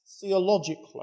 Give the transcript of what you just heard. theologically